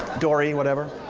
dory, whatever.